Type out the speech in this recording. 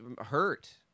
hurt